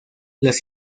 las